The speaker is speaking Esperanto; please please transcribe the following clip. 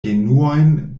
genuojn